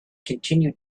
continue